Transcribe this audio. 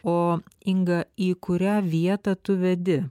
o inga į kurią vietą tu vedi